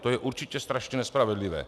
To je určitě strašně nespravedlivé.